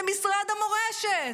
למשרד המורשת.